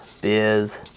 biz